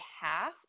half